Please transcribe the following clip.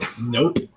Nope